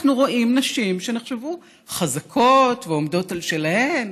אנחנו רואים נשים שנחשבו חזקות ועומדות על שלהן,